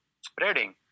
spreading